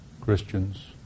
Christians